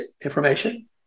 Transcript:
information